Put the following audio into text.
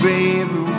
Baby